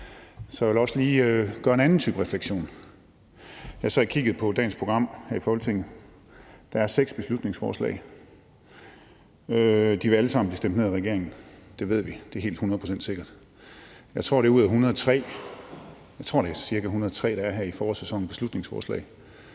jeg vil også lige komme med en anden type refleksion. Jeg sad og kiggede på dagens program her i Folketinget. Der er seks beslutningsforslag. De vil alle sammen blive stemt ned af regeringen. Det ved vi. Det er helt hundrede procent sikkert. Jeg tror, det er ud af 103 – jeg tror, det